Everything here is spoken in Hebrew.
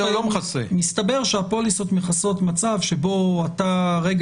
מסתבר שהפוליסות מכסות מצב שבו אתה רגע